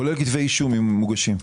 כולל כתבי אישום אם מוגשים.